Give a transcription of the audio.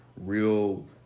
real